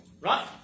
Right